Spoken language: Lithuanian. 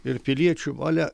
ir piliečių valią